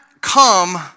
come